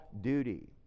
duty